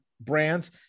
brands